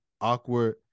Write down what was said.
awkward